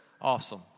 Awesome